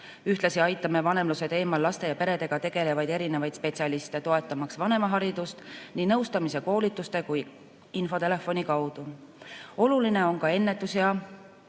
Ühtlasi aitame vanemluse teemal laste ja peredega tegelevaid erinevaid spetsialiste, toetamaks vanemaharidust nii nõustamise, koolituste kui ka infotelefoni kaudu. Oluline on ennetus- ja